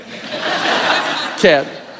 Cat